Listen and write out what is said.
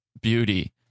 Beauty